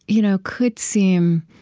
you know could seem